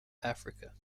africa